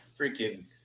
freaking